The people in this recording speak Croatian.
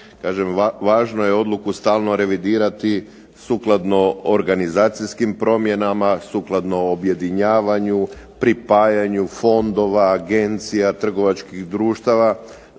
važno je odluku stalno revidirati sukladno organizacijskim promjenama, sukladno objedinjavanju, pripajanju fondova, agencija, trgovačkih društava,